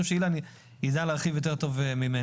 אילן יידע להרחיב טוב ממני,